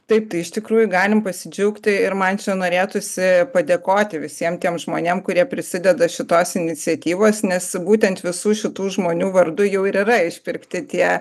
taip tai iš tikrųjų galim pasidžiaugti ir man čia norėtųsi padėkoti visiem tiem žmonėm kurie prisideda šitos iniciatyvos nes būtent visų šitų žmonių vardu jau ir yra išpirkti tie